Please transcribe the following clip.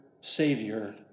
Savior